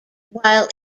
while